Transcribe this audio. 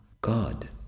God